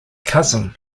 cousin